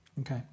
Okay